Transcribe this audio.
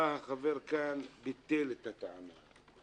בא החבר כאן ביטל את הטענה.